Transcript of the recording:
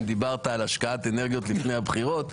אם דיברת על השקעת אנרגיות לפני הבחירות.